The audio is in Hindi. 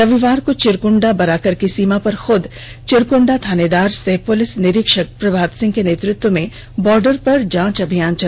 रविवार को चिरकुंडा बराकर की सीमा पर खुद चिरकुंडा थानेदार सह पुलिस निरीक्षक प्रभात सिंह के नेतृत्व मे बार्डर पर जाँच अभियान चलाया गया